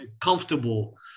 comfortable